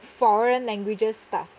foreign languages stuff